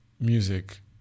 music